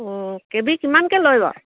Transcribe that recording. অঁ K B কিমানকৈ লৈ বাৰু